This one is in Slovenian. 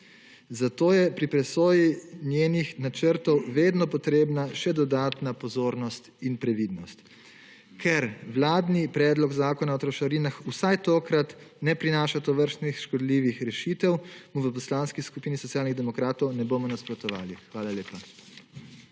Zato je pri presoji njenih načrtov vedno potrebna še dodatna pozornost in previdnost, ker vladni predlog Zakona o trošarinah vsaj tokrat ne prinaša tovrstnih škodljivih rešitev, mu v Poslanski skupini SD ne bomo nasprotovali. Hvala lepa.